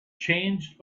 changed